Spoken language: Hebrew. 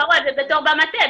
ברור, במטה.